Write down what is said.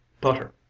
butter